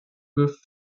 with